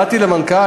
באתי למנכ"ל,